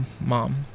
Mom